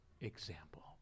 example